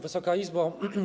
Wysoka Izbo!